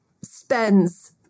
spends